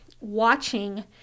watching